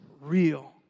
real